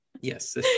yes